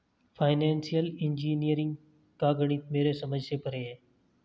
financial engineering का गणित मेरे समझ से परे है